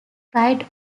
pride